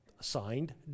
assigned